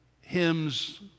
hymns